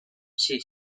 she